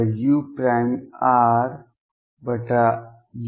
rr0